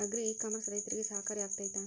Agri e commerce ರೈತರಿಗೆ ಸಹಕಾರಿ ಆಗ್ತೈತಾ?